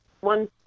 one